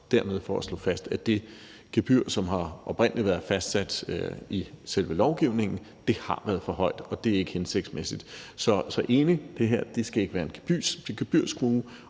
for dermed at slå fast, at det gebyr, som oprindelig har været fastsat i selve lovgivningen, har været for højt, og det er ikke hensigtsmæssigt. Kl. 17:23 Så jeg er enig: Det her skal ikke være en gebyrskrue,